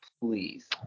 please